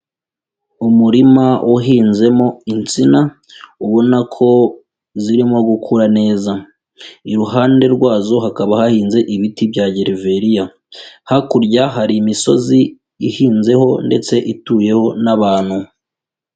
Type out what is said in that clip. Umurima uhinzemo insina, ubona ko zirimo gukura neza, iruhande rwazo hakaba hahinze ibiti bya gereveriya, hakurya hari imisozi ihinzeho ndetse ituyeho n'abantu.